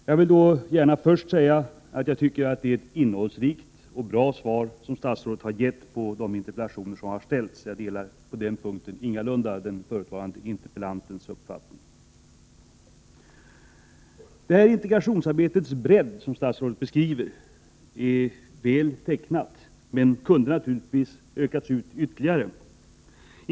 Först vill jag gärna säga att jag tycker att statsrådet avgivit ett bra och innehållsrikt svar på de interpellationer som har framställts — på den punkten delar jag ingalunda den föregående talarens uppfattning. Integrationsarbetets bredd, som statsrådet beskriver, är väl tecknat, men det kunde naturligtvis ha utökats ytterligare.